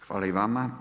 Hvala i vama.